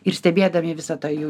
ir stebėdami visą tą jų